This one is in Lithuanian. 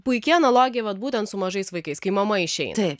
puiki analogija vat būtent su mažais vaikais kai mama išeina